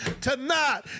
tonight